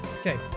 Okay